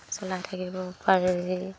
চলাই থাকিব পাৰি